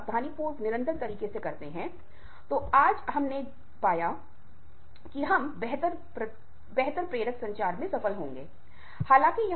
बस इस प्रश्न का उत्तर सच्चाई से दें कुछ चीजों की कोशिश करें और आपकी प्रतिक्रिया हो सकती है आपके अपने सुनने के बारे में आपकी धारणा भी कुछ हद तक बदल जाएगी